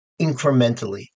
incrementally